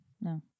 no